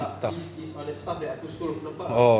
tak this is all the stuff that aku scroll aku nampak ah